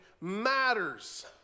matters